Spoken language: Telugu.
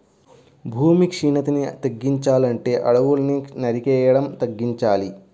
భూమి క్షీణతని తగ్గించాలంటే అడువుల్ని నరికేయడం తగ్గించాలి